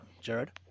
Jared